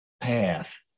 path